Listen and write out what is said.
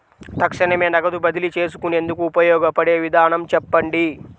తక్షణమే నగదు బదిలీ చేసుకునేందుకు ఉపయోగపడే విధానము చెప్పండి?